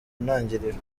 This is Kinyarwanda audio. ntangiriro